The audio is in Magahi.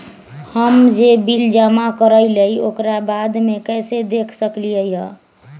हम जे बिल जमा करईले ओकरा बाद में कैसे देख सकलि ह?